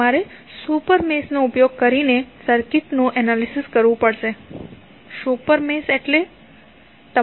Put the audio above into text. તમારે super mesh નો ઉપયોગ કરીને સર્કિટનું એનાલિસિસ કરવું પડશે સુપર મેશ એટલે શું